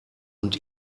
und